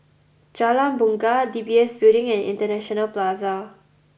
Jalan Bungar D B S Building and International Plaza